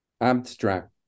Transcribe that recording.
abstract